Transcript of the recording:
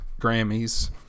Grammys